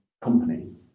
company